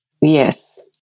Yes